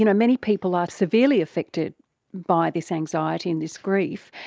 you know many people are severely affected by this anxiety and this grief,